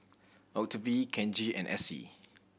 Octavie Kenji and Essie